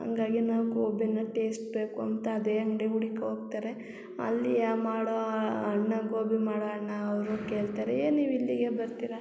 ಹಂಗಾಗಿ ನಾವು ಗೋಬಿನ ಟೇಸ್ಟ್ ಬೇಕು ಅಂತ ಅದೇ ಅಂಗಡಿ ಹುಡಿಕೊ ಹೋಗ್ತಾರೆ ಅಲ್ಲಿಯ ಮಾಡೋ ಅಣ್ಣ ಗೋಬಿ ಮಾಡೋ ಅಣ್ಣ ಅವರು ಕೇಳ್ತಾರೆ ಏನು ನೀವು ಇಲ್ಲಿಗೆ ಬರ್ತೀರಾ